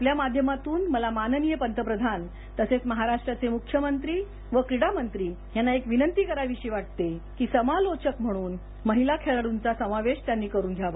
आपल्या माध्यमातून मला माननीय पंतप्रधान महाराष्ट्राचे मुख्यमंत्री आणि क्रीडामंत्री यांना एक विनंती करावीशी वाटते की समालोचक म्हणन महिला खेळाडंचा समावेश त्यांनी करून घ्यावा